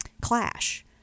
clash